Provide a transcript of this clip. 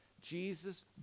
Jesus